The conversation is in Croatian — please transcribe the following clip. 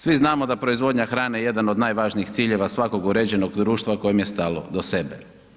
Svi znamo da proizvodnja hrane je jedan od najvažnijih ciljeva svakog uređenog društva kojem je stalo do sebe.